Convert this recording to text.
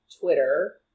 Twitter